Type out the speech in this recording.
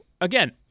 again